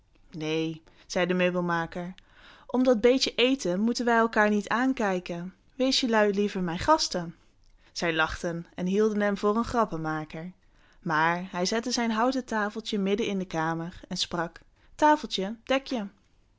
neen zei de meubelmaker om dat beetje eten moeten wij elkaar niet aankijken wees jelui liever mijn gasten zij lachten en hielden hem voor een grappenmaker maar hij zette zijn houten tafeltje midden in de kamer en sprak tafeltje dek je